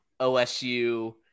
OSU